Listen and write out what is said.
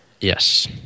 Yes